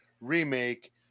remake